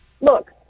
look